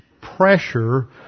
pressure